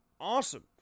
awesome